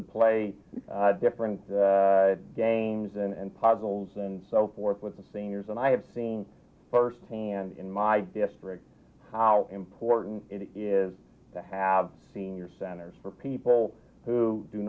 the play different games and puzzles and so forth with the seniors and i have seen firsthand in my district how important it is to have senior centers for people who do